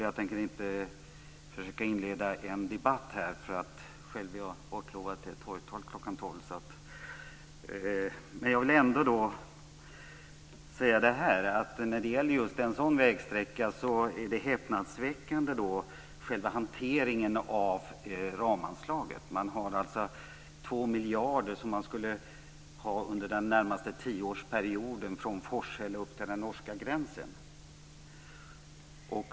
Jag tänker inte försöka inleda en debatt här. Jag är nämligen bortlovad till ett torgmöte kl. 12.00 i dag. När det gäller nämnda vägsträcka är själva hanteringen av ramanslaget häpnadsväckande. Det handlar om 2 miljarder kronor under den närmaste tioårsperioden för sträckan från Forshälla upp till norska gränsen.